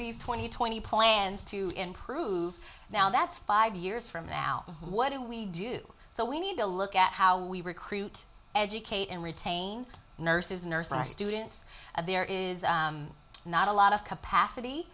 these twenty twenty plans to improve now that's five years from now what do we do so we need to look at how we recruit educate and retain nurses nurses students and there is not a lot of capacity